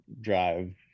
drive